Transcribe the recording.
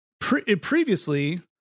previously